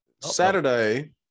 Saturday